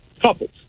Couples